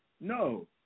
No